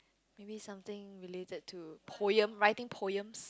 maybe something related to poem writing poems